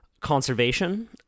conservation